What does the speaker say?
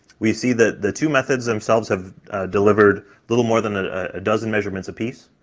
we see that the two methods themselves have delivered little more than ah a dozen measurements a piece,